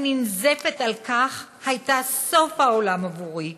ננזפת על כך, הייתה סוף העולם עבורי.